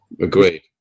agreed